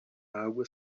água